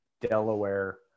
Delaware